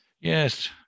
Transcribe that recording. Yes